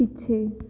ਪਿੱਛੇ